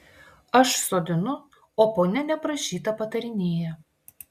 aš sodinu o ponia neprašyta patarinėja